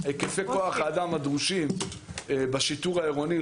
היקפי כוח האדם הדרושים בשיטור העירוני,